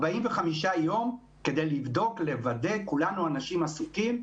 45 יום כדי לבדוק, לוודא, כולנו אנשים עסוקים,